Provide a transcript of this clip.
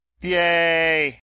Yay